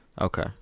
Okay